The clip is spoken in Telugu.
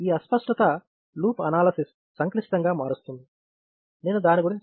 ఈ అస్పష్టత లూప్ అనాలసిస్ సంక్లిష్టంగా మారుస్తుంది నేను దాని గురించి చెప్పటం లేదు